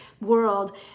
world